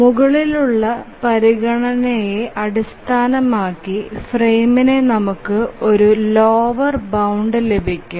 മുകളിലുള്ള പരിഗണനയെ അടിസ്ഥാനമാക്കി ഫ്രെയിമിന് നമുക്ക് ഒരു ലോവർ ബൌണ്ട് ലഭിക്കും